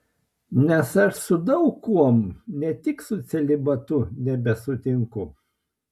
nes aš su daug kuom ne tik su celibatu nebesutinku